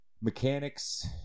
mechanics